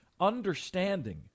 understanding